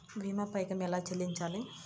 భీమా పైకం ఎలా చెల్లించాలి?